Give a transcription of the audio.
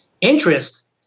interest